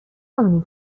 اونی